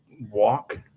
walk